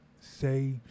say